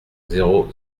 zéro